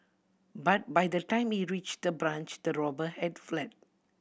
but by the time he reached the branch the robber had fled